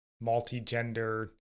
multi-gender